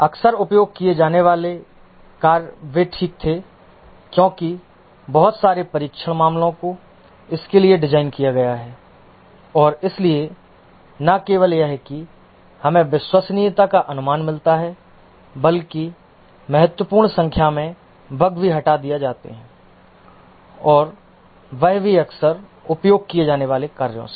अक्सर उपयोग किए जाने वाले कार्य वे ठीक थे क्योंकि बहुत सारे परीक्षण मामलों को इसके लिए डिज़ाइन किया गया है और इसलिए न केवल यह कि हमें विश्वसनीयता का अनुमान मिलता है बल्कि महत्वपूर्ण संख्या में बग भी हटा दिए जाते हैं और वह भी अक्सर उपयोग किए जाने वाले कार्यों से